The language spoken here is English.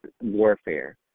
warfare